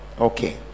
okay